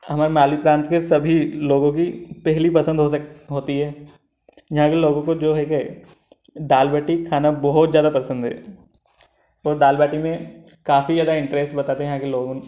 हम हमालि प्रांत के सभी लोगों की पहली पसंद हो सक होती है यहाँ के लोगों को जो है के दाल बाटी खाना बहुत ज़्यादा पसंद है और दाल बाटी में काफ़ी ज़्यादा इंटरेस्ट बताते हैं यहाँ के लोग उन